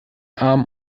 arm